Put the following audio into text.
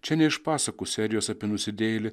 čia ne iš pasakų serijos apie nusidėjėlį